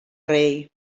rei